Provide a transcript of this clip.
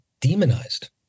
demonized